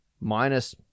minus